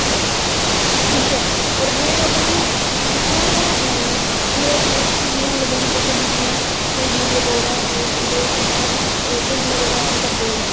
ठीक ऐ होर में मतलब कि दिक्खेआ में इन्ना ज्यादा केस कि जियां मतलब कि कुसै दे बी जियां कोई विडियो पाई ओड़े ओह्दे उप्पर ते फिर बाद च उसी केह् आखदे इन्ना ज्यादा ओह् करदे